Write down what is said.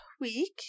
week